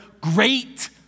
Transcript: great